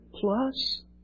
plus